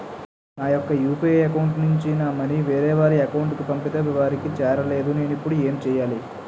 నా యెక్క UPI account నుంచి నా మనీ వేరే వారి అకౌంట్ కు పంపితే అవి వారికి చేరలేదు నేను ఇప్పుడు ఎమ్ చేయాలి?